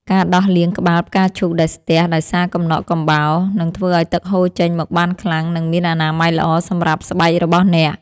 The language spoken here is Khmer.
ការដោះលាងក្បាលផ្កាឈូកដែលស្ទះដោយសារកំណកកំបោរ នឹងធ្វើឱ្យទឹកហូរចេញមកបានខ្លាំង និងមានអនាម័យល្អសម្រាប់ស្បែករបស់អ្នក។